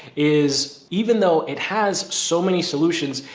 is even though it has so many solutions,